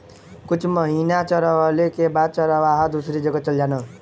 कुछ महिना चरवाले के बाद चरवाहा दूसरी जगह चल जालन